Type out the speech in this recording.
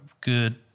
good